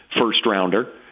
first-rounder